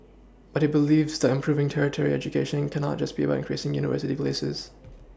but he believes that improving tertiary education cannot just be about increasing university places